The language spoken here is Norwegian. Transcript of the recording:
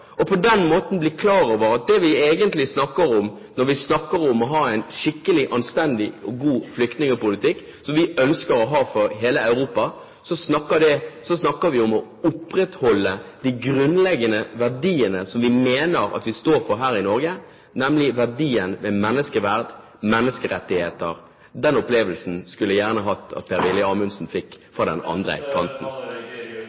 bli klar over at det vi egentlig snakker om – når vi snakker om å ha en skikkelig, anstendig og god flyktningpolitikk, som vi ønsker å ha for hele Europa – er å opprettholde de grunnleggende verdiene som vi mener vi står for her i Norge, nemlig verdien ved menneskeverd og menneskerettigheter. Den opplevelsen skulle jeg gjerne sett at Per-Willy Amundsen fikk.